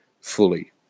fully